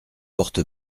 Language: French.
porte